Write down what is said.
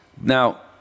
Now